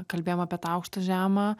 kalbėjom apie tą aukštą žemą